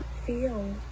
feel